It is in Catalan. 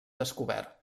descobert